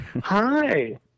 Hi